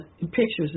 pictures